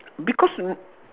because